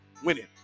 Winning